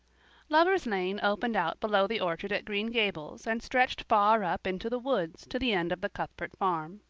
lover's lane opened out below the orchard at green gables and stretched far up into the woods to the end of the cuthbert farm.